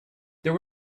there